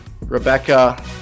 Rebecca